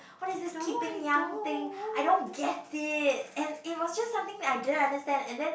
what is this keeping young thing I don't get it and it was just something I didn't understand and then